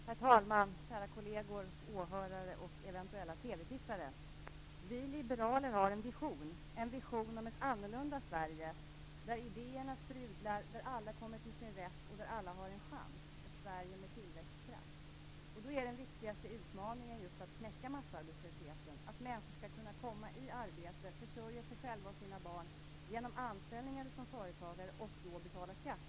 Herr talman! Kära kolleger, åhörare och eventuella TV-tittare! Vi liberaler har en vision. Vi har en vision om ett annorlunda Sverige, där idéerna sprudlar, alla kommer till sin rätt och alla har en chans. Det är ett Sverige med tillväxtkraft. Den viktigaste utmaningen är därför att knäcka massarbetslösheten - människor skall kunna komma i arbete och kunna försörja sig själva och sin familj genom anställning eller som företagare och då betala skatt.